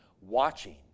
watching